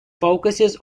focuses